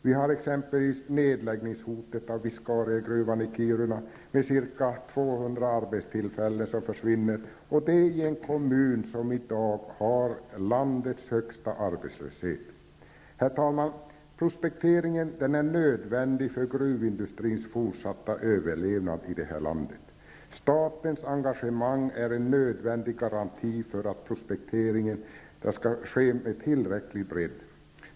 Vi har exempelvis nedläggningshotet för Viscariagruvan i Kiruna med ca 200 arbetstillfällen som försvinner -- och det i en kommun som i dag har landets högsta arbetslöshet. Herr talman! Prospekteringen är nödvändig för gruvindustrins fortsatta överlevnad i detta land. Statens engagemang är en nödvändig garanti för att prospekteringen skall ske med tillräcklig bredd.